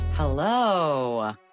Hello